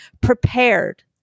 prepared